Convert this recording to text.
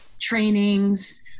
trainings